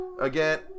again